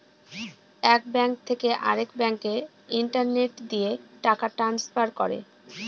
এক ব্যাঙ্ক থেকে আরেক ব্যাঙ্কে ইন্টারনেট দিয়ে টাকা ট্রান্সফার করে